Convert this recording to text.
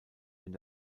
wenn